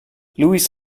louis